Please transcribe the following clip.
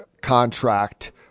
contract